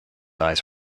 eyes